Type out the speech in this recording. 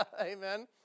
Amen